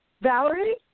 Valerie